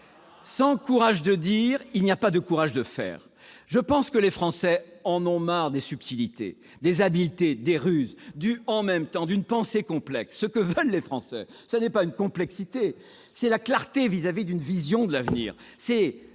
Sans courage de dire, il n'y a pas de courage de faire. Je pense que les Français en ont marre des subtilités, des habiletés, des ruses, du « en même temps », d'une « pensée complexe ». Ce qu'ils veulent, c'est non pas de la complexité, mais de la clarté à l'égard d'une vision de l'avenir,